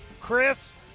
Chris